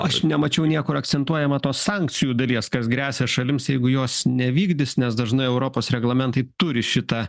aš nemačiau niekur akcentuojama tos sankcijų dalies kas gresia šalims jeigu jos nevykdys nes dažnai europos reglamentai turi šitą